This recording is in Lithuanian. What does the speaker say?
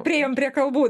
priėjome prie kalbų